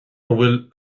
bhfuil